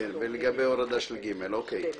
אושר.